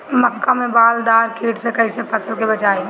मक्का में बालदार कीट से कईसे फसल के बचाई?